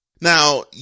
Now